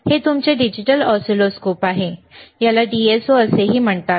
हे तुमचे digital oscilloscope आहे याला DSO असेही म्हणतात